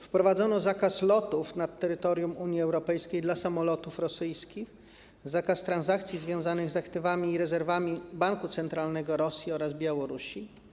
Wprowadzono zakaz lotów nad terytorium Unii Europejskiej dla samolotów rosyjskich, zakaz transakcji związanych z aktywami i rezerwami Banku Centralnego Rosji oraz Białorusi.